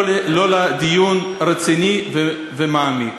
אין דיון רציני ומעמיק.